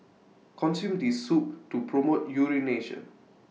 consume this soup to promote urination